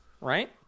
right